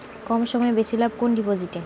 কম সময়ে বেশি লাভ কোন ডিপোজিটে?